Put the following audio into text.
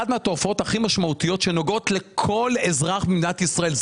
אחת התופעות הכי משמעותיות שנוגעות לכל אזרח במדינת ישראל.